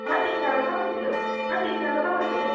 মই শিৱসাগৰৰপৰা কৈছিলোঁ মই শিৱসাগৰৰপৰা কৈছিলোঁ